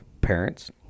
parents